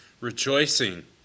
rejoicing